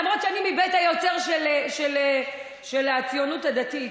למרות שאני מבית היוצר של הציונות הדתית.